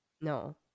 No